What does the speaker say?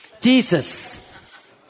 Jesus